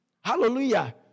Hallelujah